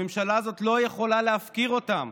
הממשלה הזאת לא יכולה להפקיר אותם.